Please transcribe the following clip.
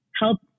help